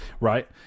right